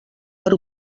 per